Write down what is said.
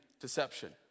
deception